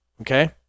okay